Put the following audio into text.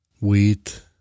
Wheat